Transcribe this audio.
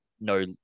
no